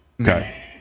okay